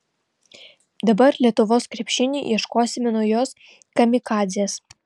dabar lietuvos krepšiniui ieškosime naujos kamikadzės